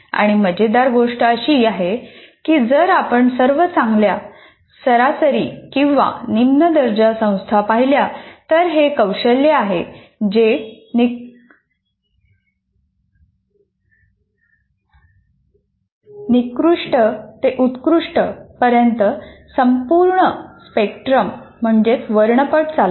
आणि मजेदार गोष्ट अशी आहे की जर आपण सर्व चांगल्या सरासरी किंवा निम्न दर्जा संस्था पाहिल्या तर हे कौशल्य आहे जे निकृष्ट ते उत्कृष्ट पर्यंत पूर्ण स्पेक्ट्रम चालवते